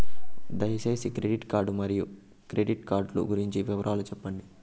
దయసేసి credit card మరియు credit card లు గురించి వివరాలు సెప్పండి?